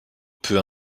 peu